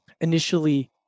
initially